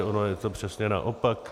Ono je to přesně naopak.